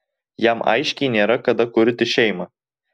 jam aiškiai nėra kada kurti šeimą